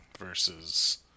Versus